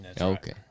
Okay